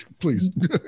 please